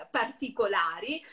particolari